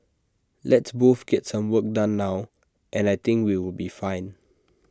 let's both get some work done now and I think we will be fine